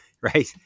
right